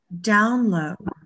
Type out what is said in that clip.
download